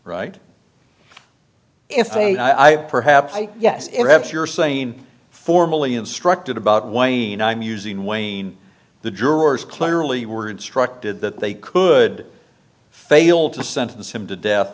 right if a i perhaps i yes it helps you're saying formally instructed about wayne i'm using wayne the jurors clearly were instructed that they could fail to sentence him to death